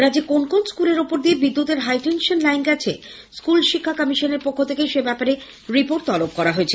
রাজ্যে কোন্ কোন্ স্কুলের ওপর দিয়ে বিদ্যুতের হাইটেনশন তার গেছে স্কুল শিক্ষা কমিশনের পক্ষ থেকে সেব্যাপারে রিপোর্ট তলব করা হয়েছে